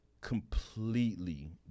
Completely